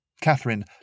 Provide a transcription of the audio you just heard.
Catherine